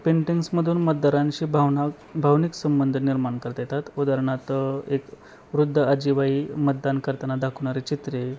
पेंटिंग्समधून मतदारांशी भावनिक भावनिक संबंध निर्माण करता येतात उदाहरणार्थ एक वृद्ध आजीबाई मतदान करताना दाखवणारे चित्रे